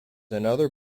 another